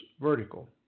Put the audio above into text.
vertical